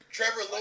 Trevor